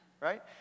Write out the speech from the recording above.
Right